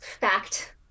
fact